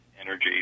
energy